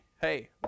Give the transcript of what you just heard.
Hey